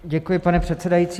Děkuji, pane předsedající.